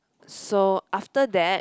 so after that